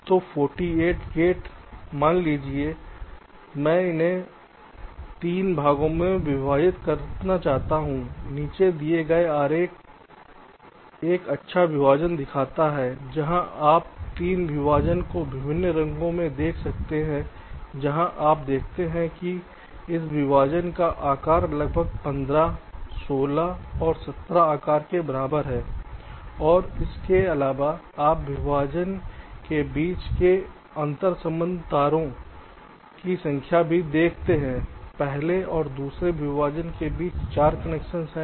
तो 48 गेट हैं मान लीजिए कि मैं इसे 3 भागों में विभाजित करना चाहता हूं नीचे दिए गए आरेख एक अच्छा विभाजन दिखाता है जहां आप 3 विभाजन को विभिन्न रंगों में देख सकते हैं जहां आप देखते हैं कि इस विभाजन का आकार लगभग 15 16 और 17 आकार के बराबर है और इसके अलावा आप विभाजनों के बीच के अंतर्संबंध तारों की संख्या को भी देखते हैं पहले और दूसरे विभाजन के बीच 4 कनेक्शन हैं